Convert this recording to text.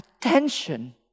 attention